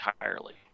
entirely